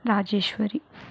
Rajeshwari